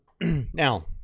Now